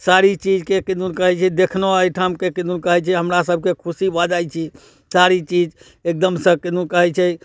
सारी चीजके किदन कहै छै देखलहुँ एहिठामके किदन कहै छै हमरासबके खुशी भऽ जाइ छी सारी चीज एकदमसँ किदन कहै छै